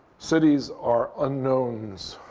cities are unknowns.